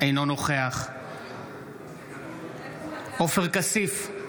אינו נוכח עופר כסיף,